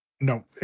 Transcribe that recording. no